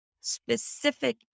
specific